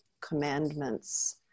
commandments